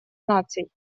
наций